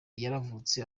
yaravutse